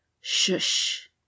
shush